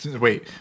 Wait